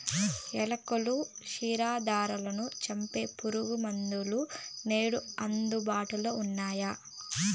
ఎలుకలు, క్షీరదాలను సంపె పురుగుమందులు నేడు అందుబాటులో ఉన్నయ్యి